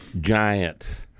giant